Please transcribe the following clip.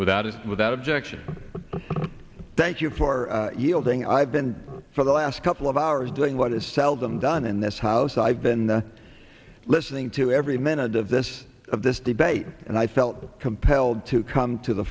without it without objection thank you for saying i've been for the last couple of hours doing what is seldom done in this house i've been listening to every minute of this of this debate and i felt compelled to come to the